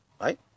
right